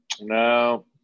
no